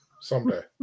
Someday